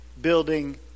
building